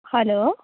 hello